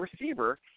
receiver